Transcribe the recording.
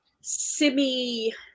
semi